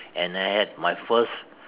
and I had my first